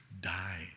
die